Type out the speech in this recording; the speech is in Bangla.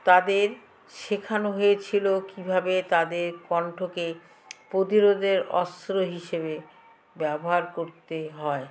তাদের শেখানো হয়েছিলো কীভাবে তাদের কণ্ঠকে প্রতিরোধের অস্ত্র হিসেবে ব্যবহার করতে হয়